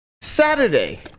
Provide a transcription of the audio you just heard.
Saturday